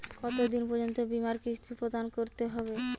কতো দিন পর্যন্ত বিমার কিস্তি প্রদান করতে হবে?